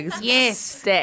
Yes